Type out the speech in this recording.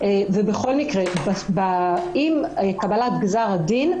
ובכל מקרה עם קבלת גזר הדין,